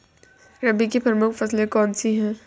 रबी की प्रमुख फसल कौन सी है?